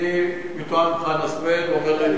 אני מתואם עם זחאלקה.